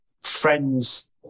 friends